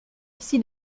ici